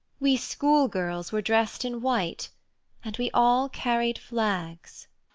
we school-girls were dressed in white and we all carried flags.